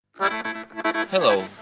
Hello